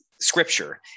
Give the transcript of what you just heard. scripture